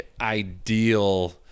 ideal